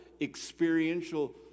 experiential